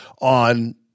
on